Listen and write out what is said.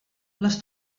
les